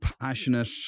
passionate